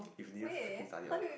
if didn't freaking study at all